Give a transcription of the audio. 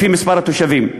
לפי מספר התושבים.